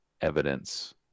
evidence